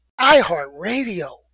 iHeartRadio